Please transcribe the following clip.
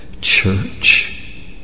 church